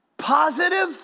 positive